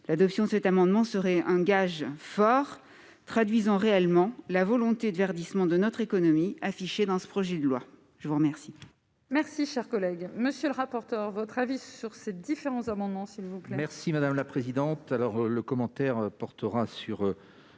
l'adoption de cet amendement serait un gage forts traduisant réellement la volonté de verdissement de notre économie affichés dans ce projet de loi, je vous remercie. Merci, cher collègue, monsieur le rapporteur, votre avis sur ces différents amendements. S'il vous plaît, merci madame la présidente,